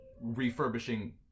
refurbishing